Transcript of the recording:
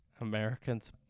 Americans